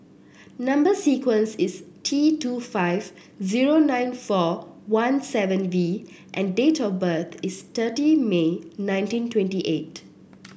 number sequence is T two five zero nine four one seven V and date of birth is thirty May nineteen twenty eight